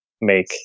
make